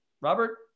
Robert